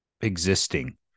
existing